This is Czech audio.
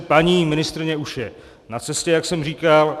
Paní ministryně už je na cestě, jak jsem říkal.